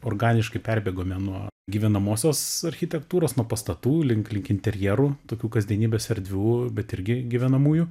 organiškai perbėgome nuo gyvenamosios architektūros nuo pastatų link link interjerų tokių kasdienybės erdvių bet irgi gyvenamųjų